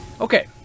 okay